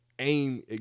aim